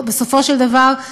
בסופו של דבר,